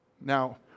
Now